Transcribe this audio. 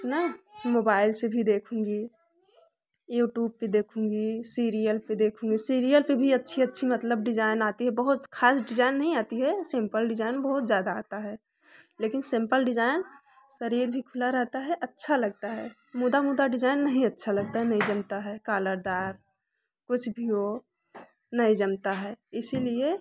है ना मोबाईल से भी देखूँगी यूट्यूब पे देखूँगी सीरियल पे देखूँगी सीरियल पे अच्छी अच्छी मतलब डिजाइन आती है बहुत खास नहीं आती है सिम्पल डिजाइन बहुत ज़्यादा आता है लेकिन सिम्पल डिजाइन शरीर भी खुला रहता है अच्छा लगता है मुदा मुदा डिजाइन नहीं अच्छा लगता है कालरदार कुछ भी हो नहीं जमता है इसीलिए